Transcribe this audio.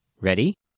Ready